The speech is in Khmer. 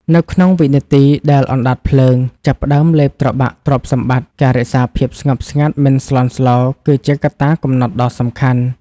នៅក្នុងវិនាទីដែលអណ្ដាតភ្លើងចាប់ផ្ដើមលេបត្របាក់ទ្រព្យសម្បត្តិ ការរក្សាភាពស្ងប់ស្ងាត់មិនស្លន់ស្លោ គឺជាកត្តាកំណត់ដ៏សំខាន់។